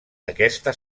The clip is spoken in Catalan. aquesta